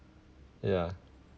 yeah